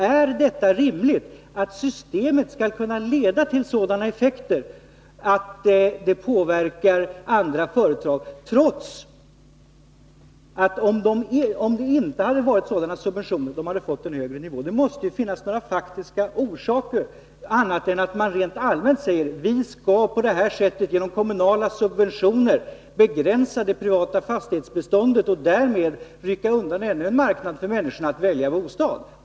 Är det rimligt att systemet skall kunna leda till sådana effekter att det påverkar andra företag, trots att de om det inte hade varit sådana subventioner hade fått en högre hyresnivå? Det måste ju finnas några faktiska orsaker, annat än att man rent allmänt säger att vi på det här sättet genom kommunala subventioner skall begränsa det privata fastighetsbeståndet och därmed rycka undan ännu en marknad för människorna att välja bostad på.